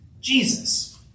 Jesus